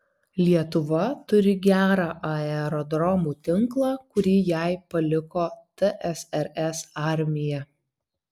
lietuva turi gerą aerodromų tinklą kurį jai paliko tsrs armija